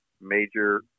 major